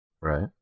Right